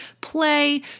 play